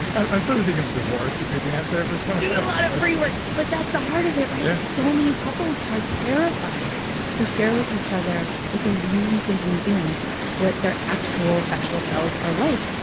i'm sort of thinking divorce would be the answer for something do a lot of free work. but that's the heart of it, right? yeah. so many couples are terrified to share with each other what they're really thinking and feeling what their actual sexual selves are like.